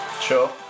Sure